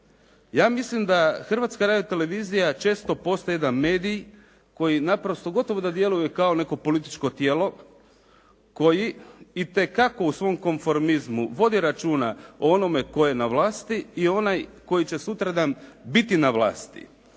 Ja mislim da Hrvatska radiotelevizija često postaje jedan medij koji naprosto gotovo da djeluje kao neko političko tijelo koji itekako u svom konformizmu vodi računa o onome tko je na vlasti i onaj koji će sutradan biti na vlasti.